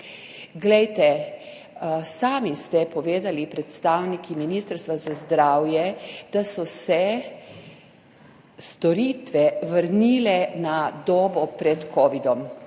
Glejte, sami ste povedali, predstavniki Ministrstva za zdravje, da so se storitve vrnile na dobo pred covidom.